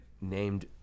named